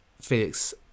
felix